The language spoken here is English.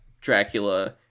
Dracula